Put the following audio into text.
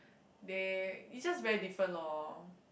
they it's just very different lor